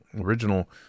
original